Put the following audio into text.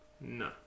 No